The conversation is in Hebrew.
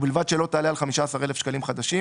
ובלבד שלא תעלה על 15 אלף שקלים חדשים,